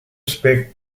split